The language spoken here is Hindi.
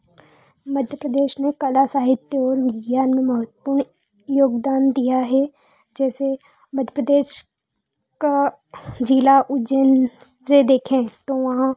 मध्यप्रदेश में कला साहित्य और विज्ञान में महत्वपूर्ण योगदान दिया है जैसे मध्यप्रदेश का जिला उज्जैन से देखें तो वहाँ